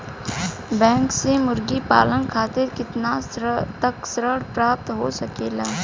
Bank से मुर्गी पालन खातिर कितना तक ऋण प्राप्त हो सकेला?